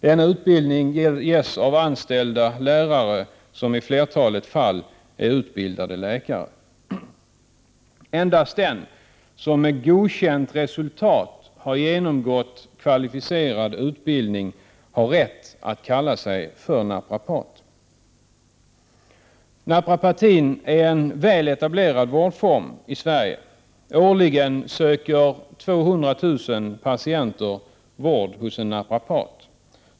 Denna utbildning ges av anställda lärare, som i flertalet fall är utbildade läkare. Endast den som med godkänt resultat har genomgått kvalificerad utbildning har rätt att kalla sig naprapat. Naprapatin är en väl etablerad vårdform i Sverige. Årligen söker 200 000 patienter vård hos en naprapat.